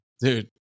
Dude